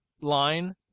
line